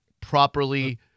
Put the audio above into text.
properly